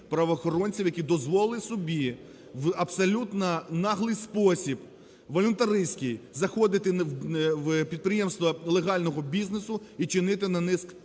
які дозволили собі в абсолютно наглий спосіб, волюнтаристський, заходити в підприємства легального бізнесу і чинити на них